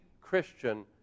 Christian